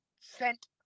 sent